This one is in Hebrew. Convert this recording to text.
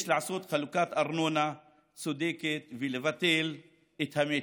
יש לעשות חלוקת ארנונה צודקת ולבטל את המצ'ינג.